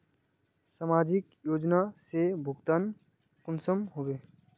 समाजिक योजना से भुगतान कुंसम होबे?